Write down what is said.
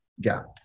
gap